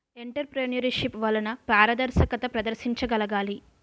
entrepreneurship వలన పారదర్శకత ప్రదర్శించగలగాలి